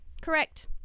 Correct